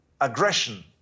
aggression